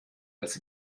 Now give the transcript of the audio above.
als